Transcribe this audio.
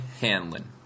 Hanlon